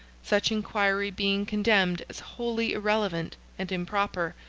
such inquiry being condemned as wholly irrelevant and improper,